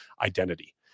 identity